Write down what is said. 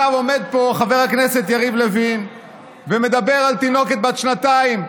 עכשיו עומד פה חבר הכנסת יריב לוין ומדבר על תינוקת בת שנתיים.